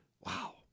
Wow